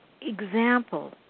example